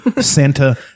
Santa